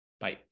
Bye